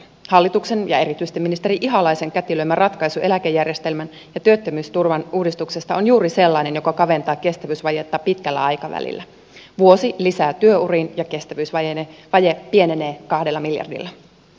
hallituksen ja erityisesti ministeri ihalaisen kätilöimä ratkaisu eläkejärjestelmän ja työttömyysturvan uudistuksesta on juuri sellainen joka kaventaa kestävyysvajetta pitkällä aikavälillä vuosi lisää työuriin ja kestävyysvaje pienenee kahdella miljardilla